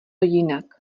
jinak